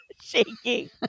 shaking